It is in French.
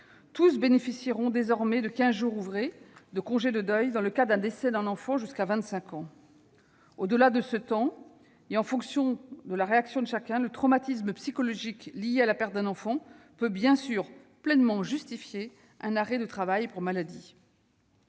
Tous bénéficieront désormais de quinze jours ouvrés de congé de deuil dans le cas du décès d'un enfant jusqu'à l'âge de 25 ans. Au-delà de ce temps, et en fonction de la réaction de chacun, le traumatisme psychologique lié à la perte d'un enfant peut bien sûr pleinement justifier un arrêt de travail pour maladie.